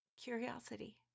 Curiosity